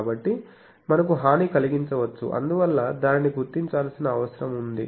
కాబట్టి మనకు హాని కలిగించవచ్చు అందువల్ల దానిని గుర్తించాల్సిన అవసరం ఉంది